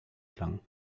klang